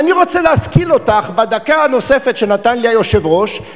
ואני רוצה להשכיל אותך בדקה הנוספת שנתן לי היושב-ראש,